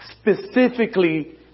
specifically